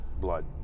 blood